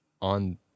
on